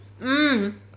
Mmm